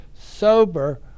sober